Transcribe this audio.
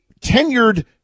tenured